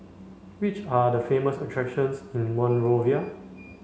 which are the famous attractions in Monrovia